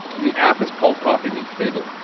the app is called coffee meets bagel.